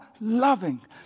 loving